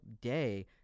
day